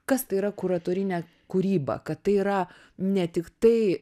kas tai yra kuratorinė kūryba kad tai yra ne tik tai